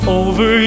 over